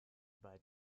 bald